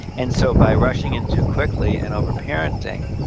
and so by rushing in too quickly and over-parenting,